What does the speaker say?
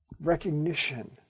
recognition